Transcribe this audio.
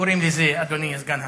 אדוני סגן השר,